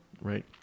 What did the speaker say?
Right